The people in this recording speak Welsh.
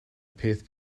peth